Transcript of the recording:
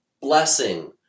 blessing